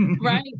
Right